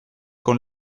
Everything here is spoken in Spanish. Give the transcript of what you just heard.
con